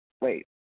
wait